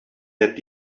had